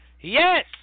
Yes